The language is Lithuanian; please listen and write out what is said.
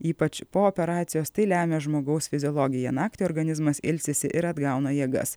ypač po operacijos tai lemia žmogaus fiziologija naktį organizmas ilsisi ir atgauna jėgas